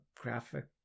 graphic